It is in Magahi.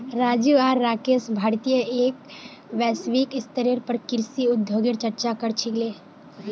राजू आर राकेश भारतीय एवं वैश्विक स्तरेर पर कृषि उद्योगगेर चर्चा क र छीले